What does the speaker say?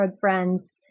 friends